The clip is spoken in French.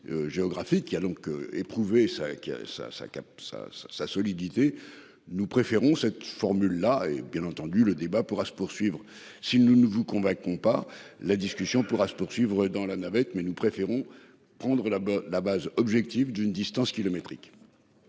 ça ça capte sa sa sa solidité. Nous préférons cette formule là et bien entendu le débat pourra se poursuivre. Si nous ne vous convainc compare. La discussion pourra se poursuivre dans la navette mais nous préférons prendre la base, la base objective d'une distance kilométrique.